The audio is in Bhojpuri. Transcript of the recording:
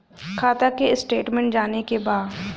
खाता के स्टेटमेंट जाने के बा?